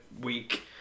week